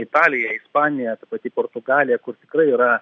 italija ispanija ta pati portugalija kur tikrai yra